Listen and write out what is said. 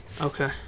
Okay